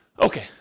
Okay